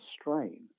strain